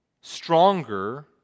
stronger